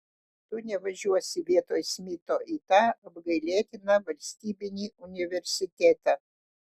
tu nevažiuosi vietoj smito į tą apgailėtiną valstybinį universitetą